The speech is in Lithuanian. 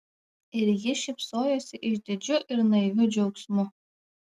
ir ji šypsojosi išdidžiu ir naiviu džiaugsmu